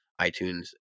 iTunes